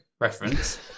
reference